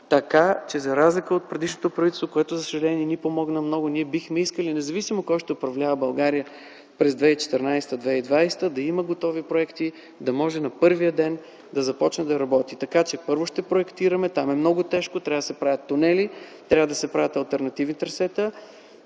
така, че за разлика от предишното правителство, което за съжаление не ни помогна много, ние бихме искали независимо кой ще управлява България през 2014-2020 г., да има готови проекти и да може на първия ден да се започне да се работи. Първо ще проектираме, там е много тежко, трябва да се правят тунели, да се правят алтернативни трасета.